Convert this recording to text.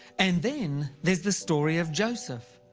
and then there's the story of joseph,